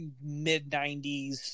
mid-90s